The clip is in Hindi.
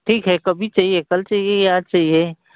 ठीक है कभी चाहिए कल चाहिए या आज चाहिए